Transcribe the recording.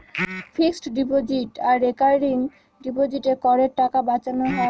fixed deposit আর recurring ডিপোজিটে করের টাকা বাঁচানো হয়